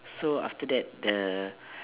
so after that the